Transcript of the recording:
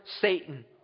Satan